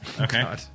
Okay